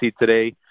today